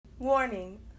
Warning